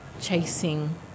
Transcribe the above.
chasing